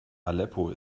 aleppo